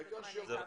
העיקר שיבואו.